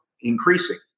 increasing